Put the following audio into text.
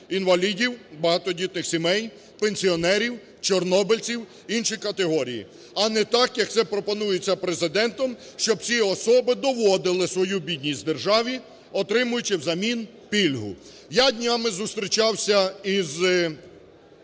інвалідів, багатодітних сімей, пенсіонерів, чорнобильців, інші категорії. А не так, як це пропонується Президентом, щоб ці особи доводили свою бідність державі, отримуючи взамін пільгу. Я днями зустрічався із